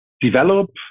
develop